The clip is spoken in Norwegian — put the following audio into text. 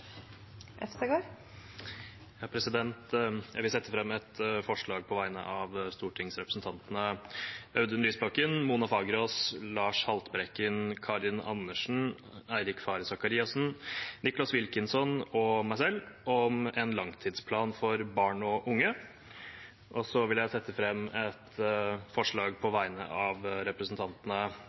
Jeg vil sette fram et forslag på vegne av stortingsrepresentantene Mona Fagerås, Nicholas Wilkinson og meg selv om en langtidsplan for barn og unge. Så vil jeg sette fram et forslag på vegne av representantene